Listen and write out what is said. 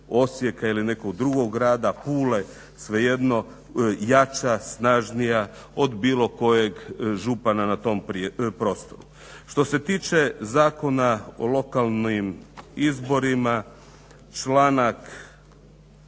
Osijeka ili nekog drugog grada Pule svejedno jača, snažnija od bilo kojeg župana na tom prostoru. Što se tiče Zakona o lokalnim izborima, članak